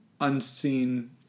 unseen